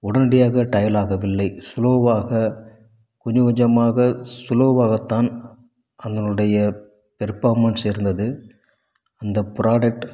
உடனடியாக டயல் ஆகவில்லை ஸ்லோவாக கொஞ்சம் கொஞ்சமாக ஸ்லோவாக தான் அதனுடைய பெர்ஃபாமென்ஸ் இருந்தது அந்த ப்ராடக்ட்